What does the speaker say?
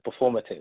performative